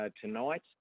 tonight